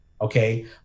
okay